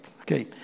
Okay